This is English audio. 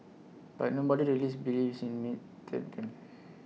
but nobody release believes in me did them